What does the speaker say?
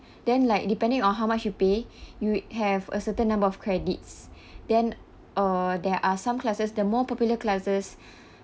then like depending on how much you pay you have a certain number of credits then uh there are some classes the more popular classes